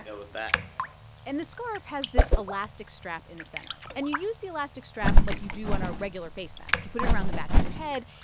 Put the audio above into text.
with that and the scarf has this elastic strap in the center, and you use the elastic strap like you do on a regular face mask. you put it around the back of your head,